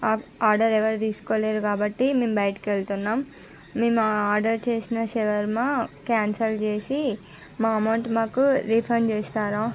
order ఎవరు తీసుకోలేరు కాబట్టి మేము బయటికి వెళుతున్నాము మేము ఆర్డర్ చేసిన శవర్మ క్యాన్సల్ చేసి మా అమౌంట్ మాకు రిఫండ్ చేస్తారా